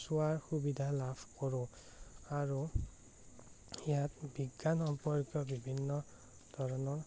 চোৱাৰ সুবিধা লাভ কৰোঁ আৰু ইয়াত বিজ্ঞান সম্পৰ্কীয় বিভিন্ন ধৰণৰ